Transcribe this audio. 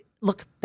look